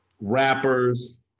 rappers